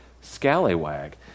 scallywag